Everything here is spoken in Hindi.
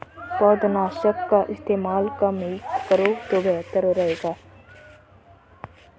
पौधनाशक का इस्तेमाल कम ही करो तो बेहतर रहेगा